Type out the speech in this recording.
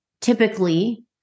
typically